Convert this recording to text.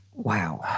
wow